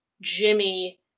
Jimmy